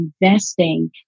investing